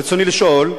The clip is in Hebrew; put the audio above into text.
רצוני לשאול: